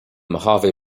mohave